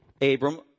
Abram